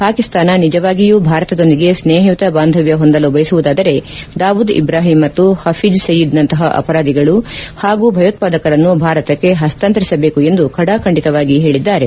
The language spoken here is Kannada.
ಪಾಕಿಸ್ತಾನವು ನಿಜವಾಗಿಯೂ ಭಾರತದೊಂದಿಗೆ ಸ್ನೇಪಯುತ ಬಾಂಧವ್ಯ ಹೊಂದಲು ಬಯಸುವುದಾದರೆ ದಾವುದ್ ಇಬ್ರಾಹಿಂ ಮತ್ತು ಪಫೀಜ್ ಸಯೀದ್ ನಂತಪ ಅಪರಾಧಿಗಳು ಹಾಗೂ ಭಯೋತ್ಪಾದಕರನ್ನು ಭಾರತಕ್ಕೆ ಹಸ್ತಾಂತರಿಸಬೇಕು ಎಂದು ಕಡಾಖಂಡಿತವಾಗಿ ಹೇಳಿದ್ದಾರೆ